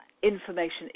Information